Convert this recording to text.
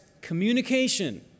communication